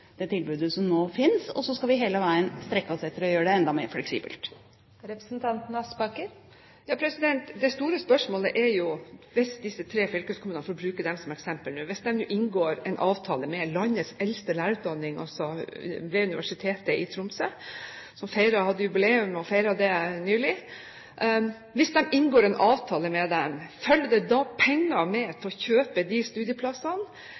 det tilbudet som nå finnes, og så skal vi hele veien strekke oss etter å gjøre det enda mer fleksibelt. Det store spørsmålet er: Hvis disse tre fylkeskommunene – jeg får bruke dem som eksempel nå – inngår en avtale med landets eldste lærerutdanning, ved Universitetet i Tromsø, som hadde jubileum og feiret det nylig, følger det da penger med til å kjøpe disse studieplassene, eller er de pengene allerede brukt opp i det statlige oppkjøpet av studieplasser andre steder? Hvis det ikke følger penger med til de